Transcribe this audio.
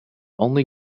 only